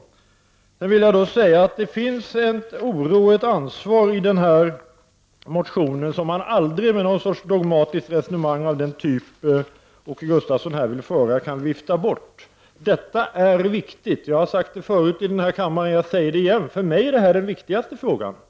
Jag vill också säga att det i motionen finns en oro och en vilja att ta ansvar som man aldrig med någon sorts dogmatiskt resonemang av den typ som Åke Gustavsson för kan vifta bort. Detta är viktigt. Jag har sagt det förut i den här kammaren, och jag säger det igen: För mig är det här den viktigaste frågan.